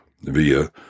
via